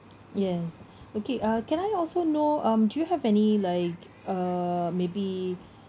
yes okay uh can I also know um do you have any like uh maybe